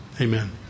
amen